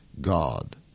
God